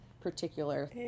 particular